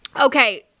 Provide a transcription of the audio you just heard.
Okay